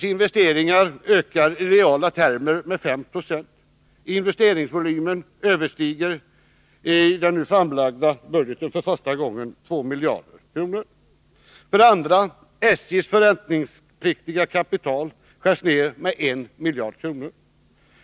SJ:s investeringar ökar i reala termer med 5 Ze. Investeringsvolymen överstiger i den nu framlagda budgeten för första gången 2 miljarder kronor. För det andra skärs SJ:s förräntningspliktiga kapital ner med 1 miljard kronor.